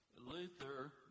Luther